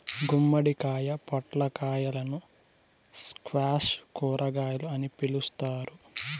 గుమ్మడికాయ, పొట్లకాయలను స్క్వాష్ కూరగాయలు అని పిలుత్తారు